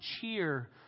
cheer